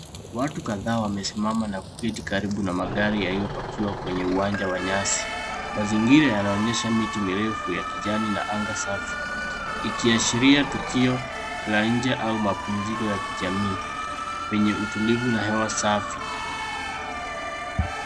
Watu kadhaa wamesimama na kuketi karibu na magari yaliyopakiwa kwenye uwanja wa nyasi mazingira yanaonyesha miti mirefu ya kijani na anga safi ikiashiria tukio la nje au mapumziko ya kijamii penye utulivu na hewa safi.